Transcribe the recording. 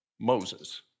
Moses